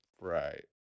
Right